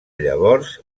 llavors